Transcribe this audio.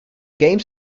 games